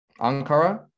Ankara